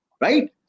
right